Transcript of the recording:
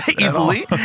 easily